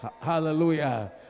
Hallelujah